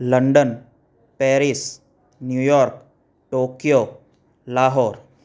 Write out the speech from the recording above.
London Paris New York Tokyo Lahore